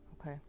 Okay